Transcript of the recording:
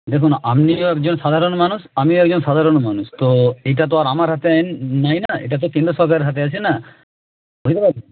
দেখুন আপনিও একজন সাধারণ মানুষ আমিও একজন সাধারণ মানুষ তো এটা তো আমার হাতে নেই না এটা তো কেন্দ্র সরকারের হাতে আছে না বুঝতে